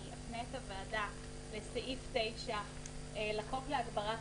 אני אפנה את הוועדה לסעיף 9 לחוק להגברת